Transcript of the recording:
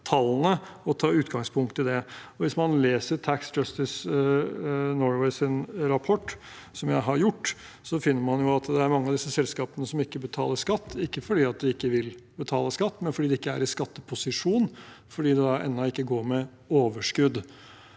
og ta utgangspunkt i det. Hvis man leser Tax Justice Norges rapport, som jeg har gjort, finner man at det er mange av disse selskapene som ikke betaler skatt – ikke fordi de ikke vil betale skatt, men fordi de ikke er i skatteposisjon fordi de ennå ikke går med overskudd.